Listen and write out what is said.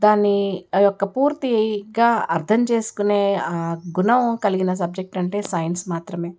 దాని ఆయొక్క పూర్తిగా అర్థం చేసుకొనే గుణం కలిగిన సబ్జెక్ట్ అంటే సైన్స్ మాత్రమే